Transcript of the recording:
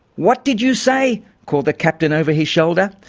what did you say? called the captain over his shoulder.